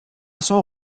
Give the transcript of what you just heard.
son